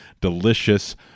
delicious